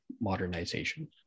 modernization